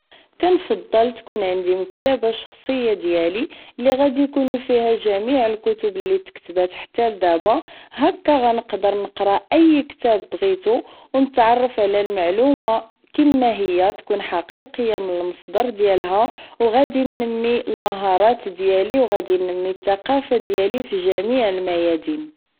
كنفضل تكون عندي مكتبة شخصية ديالي اللي غادي اكونو فيها جميع الكتب اللي تكتبات حتى لدبا هكا غنقدر نقرا اي كتاب بغيتو و نتعرف على المعلومة كيما هي تكون حقيقية من المصدر ديالها و غادي نمي المهارات ديالي غادي نمي التقافة ديالي فجميع الميادين